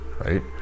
right